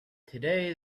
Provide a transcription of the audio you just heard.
today